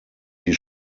die